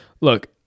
look